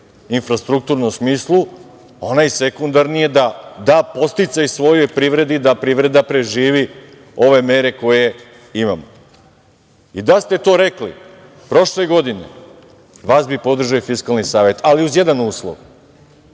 infrastrukturnom smislu, onaj sekundarni je da da podsticaj svojoj privredi da privreda preživi ove mere koje imamo. Da ste to rekli prošle godine, vas bi podržao i Fiskalni savet, ali uz jedan uslov,